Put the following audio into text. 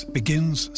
begins